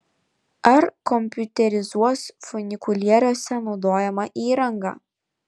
ar kompiuterizuos funikulieriuose naudojamą įrangą